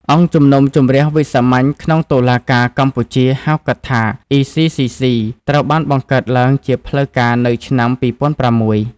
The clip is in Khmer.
អង្គជំនុំជម្រះវិសាមញ្ញក្នុងតុលាការកម្ពុជា (ហៅកាត់ថា ECCC) ត្រូវបានបង្កើតឡើងជាផ្លូវការនៅឆ្នាំ២០០៦។